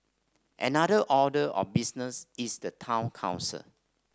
another order of business is the town council